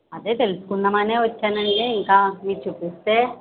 అదే తెల్సుకుందామనే వచ్చానండి ఇంకా మీరు చూపిస్తే